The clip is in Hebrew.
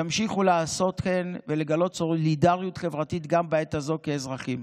ימשיכו לעשות כן ולגלות סולידריות חברתית גם בעת הזאת כאזרחים.